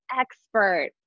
expert